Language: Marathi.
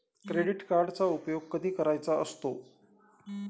क्रेडिट कार्डचा उपयोग कधी करायचा असतो?